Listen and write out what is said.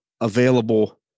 available